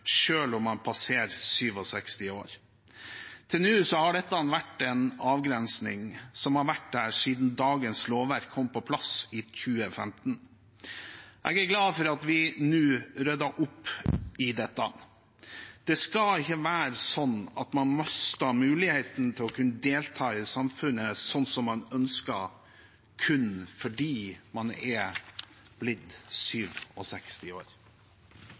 om man passerer 67 år. Til nå har dette vært en avgrensing som har vært der siden dagens lovverk kom på plass i 2015. Jeg er glad for at vi nå rydder opp i dette. Det skal ikke være sånn at man mister muligheten til å kunne delta i samfunnet sånn som man ønsker, kun fordi man er blitt 67 år.